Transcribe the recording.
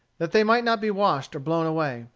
that they might not be washed or blown away,